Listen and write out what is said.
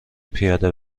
پیاده